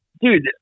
dude